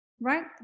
right